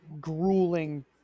grueling